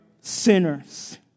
sinners